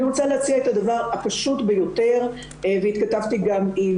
אני רוצה להציע את הדבר הפשוט ביותר והתכתבתי גם עם